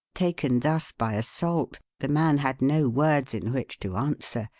taken thus by assault, the man had no words in which to answer,